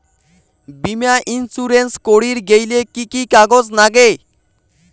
বীমা ইন্সুরেন্স করির গেইলে কি কি কাগজ নাগে?